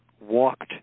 walked